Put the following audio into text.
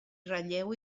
ratlleu